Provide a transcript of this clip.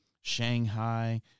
Shanghai